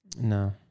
No